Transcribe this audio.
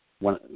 One